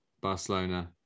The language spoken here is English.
Barcelona